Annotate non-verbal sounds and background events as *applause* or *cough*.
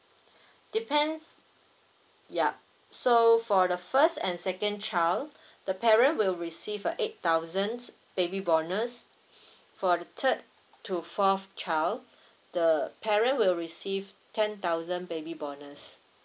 depends yup so for the first and second child the parent will receive a eight thousands baby bonus *breath* for the third to fourth child the parent will receive ten thousand baby bonus